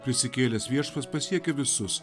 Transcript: prisikėlęs viešpats pasiekia visus